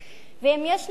ואם יש משוואה